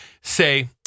Say